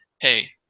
hey